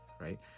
right